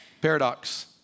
Paradox